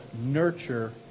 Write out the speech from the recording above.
nurture